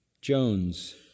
Jones